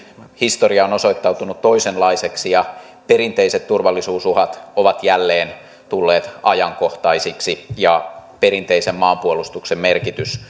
historia on osoittautunut toisenlaiseksi perinteiset turvallisuusuhat ovat jälleen tulleet ajankohtaisiksi ja perinteisen maanpuolustuksen merkitys